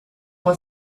fue